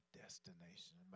destination